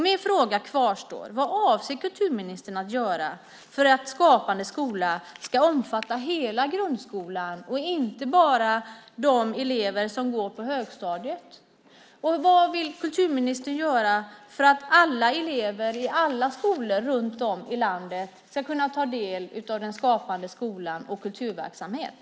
Min fråga kvarstår: Vad avser kulturministern att göra för att Skapande skola ska omfatta hela grundskolan - inte bara de elever som går på högstadiet - och vad vill kulturministern göra för att alla elever i alla skolor runt om i landet ska kunna ta del av den skapande skolan och av kulturverksamhet?